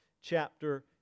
chapter